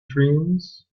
dreams